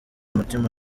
mutima